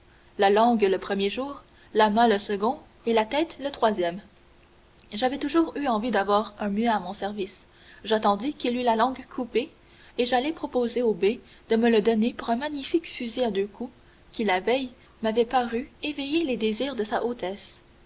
la langue le premier jour la main le second et la tête le troisième j'avais toujours eu envie d'avoir un muet à mon service j'attendis qu'il eût la langue coupée et j'allai proposer au bey de me le donner pour un magnifique fusil à deux coups qui la veille m'avait paru éveiller les désirs de sa hautesse